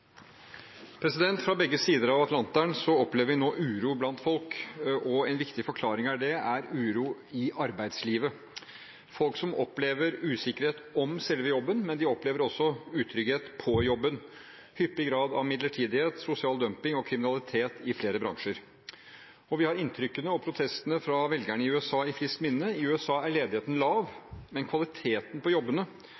Fra begge sider av Atlanteren opplever vi nå uro blant folk, og en viktig forklaring på det er uro i arbeidslivet. Folk opplever usikkerhet for selve jobben, men de opplever også utrygghet på jobben – hyppig grad av midlertidighet, sosial dumping og kriminalitet i flere bransjer. Og vi har inntrykkene og protestene fra velgerne i USA i friskt minne. I USA er ledigheten lav,